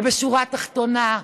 ובשורה התחתונה,